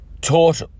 taught